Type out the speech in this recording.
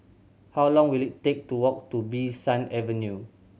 how long will it take to walk to Bee San Avenue